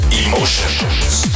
emotions